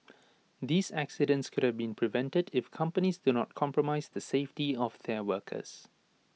these accidents could have been prevented if companies do not compromise the safety of their workers